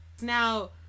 now